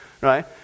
right